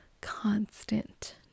constant